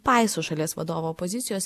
paiso šalies vadovo pozicijos